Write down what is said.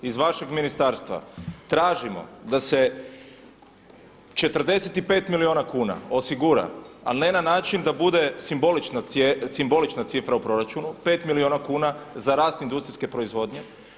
Iz vašeg ministarstva tražimo da se 45 milijuna kuna osigura ali ne na način da bude simbolična cifra u proračunu 5 milijuna kuna za rast industrijske proizvodnje.